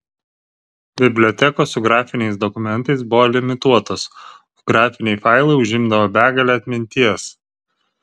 bibliotekos su grafiniais dokumentais buvo limituotos o grafiniai failai užimdavo begalę atminties